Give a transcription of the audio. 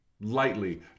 lightly